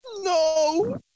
No